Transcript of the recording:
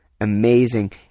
amazing